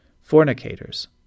fornicators